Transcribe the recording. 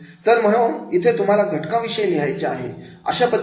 तर म्हणून इथे तुम्हाला घटकांविषयी लिहायचे आहे